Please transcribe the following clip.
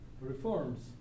reforms